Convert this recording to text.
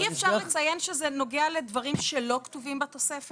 למשל ילדים שמקבלים סעיף של תסמונות